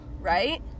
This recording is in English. right